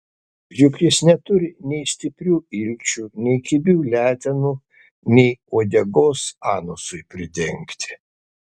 juk jis neturi nei stiprių ilčių nei kibių letenų nei uodegos anusui pridengti